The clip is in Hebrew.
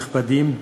נכבדים,